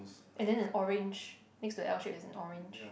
and then an orange next to L shape is an orange